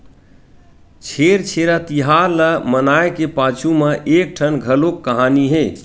छेरछेरा तिहार ल मनाए के पाछू म एकठन घलोक कहानी हे